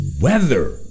weather